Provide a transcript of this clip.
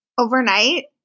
Overnight